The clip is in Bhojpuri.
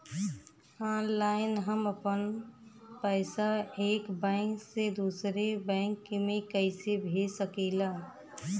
ऑनलाइन हम आपन पैसा एक बैंक से दूसरे बैंक में कईसे भेज सकीला?